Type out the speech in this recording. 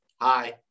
hi